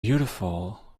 beautiful